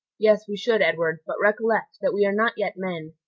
yes, we should, edward but recollect that we are not yet men,